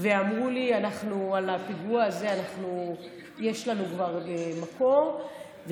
ואמרו לי: יש לנו כבר מקור על הפיגוע הזה.